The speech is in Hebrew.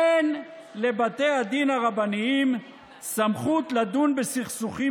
אין לבתי הדין הרבניים סמכות לדון בסכסוכים